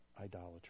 idolatry